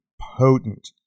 potent